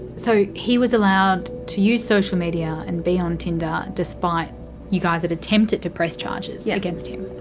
so he was allowed to use social media and be on tinder despite you guys had attempted to press charges yeah against him.